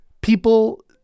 People